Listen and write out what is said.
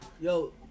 Yo